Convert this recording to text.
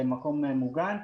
למקום ממוגן,